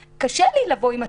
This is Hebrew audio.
קשה לי לבוא עם הטיעון הזה.